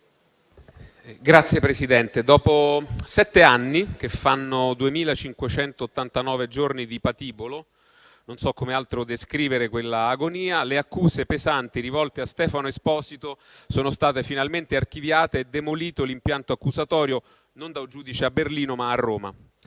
Signora Presidente, dopo sette anni, che fanno 2.589 giorni di patibolo (non so come altro descrivere quell'agonia), le accuse pesanti rivolte a Stefano Esposito sono state finalmente archiviate. È demolito l'impianto accusatorio da un giudice non a Berlino, ma a Roma.